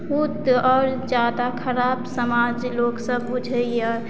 आओर जादा खराब समाज लोकसब बुझैये